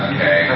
Okay